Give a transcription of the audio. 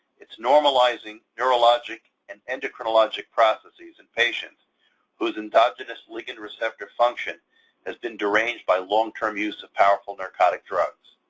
it's normalizing neurologic, and endocrinologic processes in patients whose androgynous ligand receptor function has been deranged by long-term use of powerful narcotic drugs.